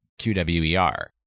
QWER